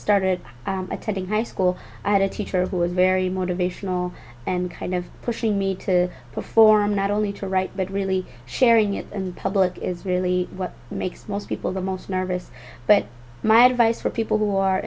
started attending high school i had a teacher who was very motivational and kind of pushing me to perform not only to write but really sharing it in public is really what makes most people the most nervous but my advice for people who